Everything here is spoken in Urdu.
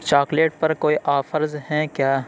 چاکلیٹ پر کوئی آفرز ہیں کیا